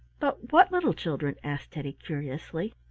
but what little children? asked teddy, curiously.